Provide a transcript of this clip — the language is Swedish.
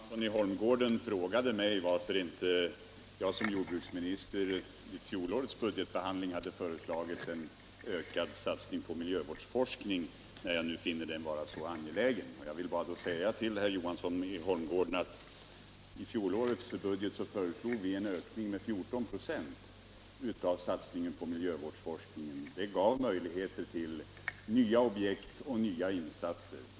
Herr talman! Herr Johansson i Holmgården frågade mig varför inte jag som jordbruksminister i fjolårets budgetbehandling hade föreslagit en ökad satsning på miljöforskning, när jag nu finner den vara så angelägen. Jag vill då bara säga till herr Johansson att vi i fjolårets budget föreslog en ökning med 14 96 av satsningen på miljövårdsforskningen. Det gav möjligheter till nya objekt och nya insatser.